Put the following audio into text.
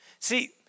See